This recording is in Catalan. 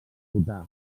votar